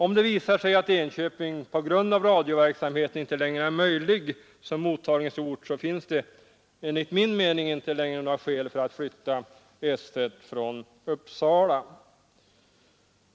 Om det visar sig att Enköping på grund av radioverksamheten inte längre är möjligt som förläggningsort finns det, enligt min mening, inte längre några skäl att flytta S1 från Uppsala.